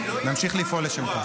לא יהיה זמן.